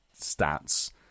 stats